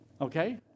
Okay